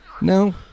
No